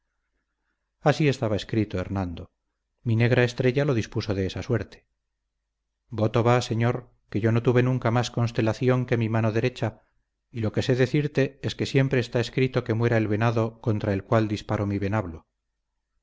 así estaba escrito hernando mi negra estrella lo dispuso de esa suerte voto va señor que yo no tuve nunca más constelación que mi mano derecha y lo que sé decirte es que siempre está escrito que muera el venado contra el cual disparo mi venablo